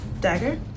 dagger